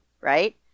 right